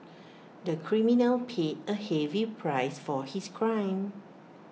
the criminal paid A heavy price for his crime